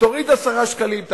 תוריד 10 שקלים,